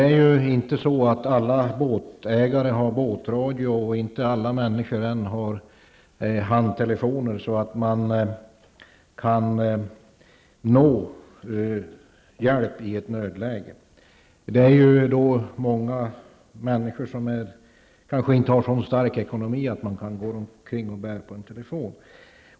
Alla båtägare har ju inte båtradio, och alla människor har ännu inte handtelefoner så att de kan nå hjälp i ett nödläge. Många människor kanske inte har så stark ekonomi att de kan bära omkring på en telefon.